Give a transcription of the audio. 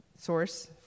source